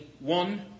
one